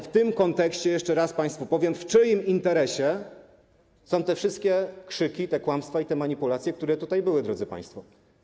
W tym kontekście jeszcze raz państwu powiem, w czyim interesie są te wszystkie krzyki, te kłamstwa i te manipulacje, które tutaj były, drodzy państwo.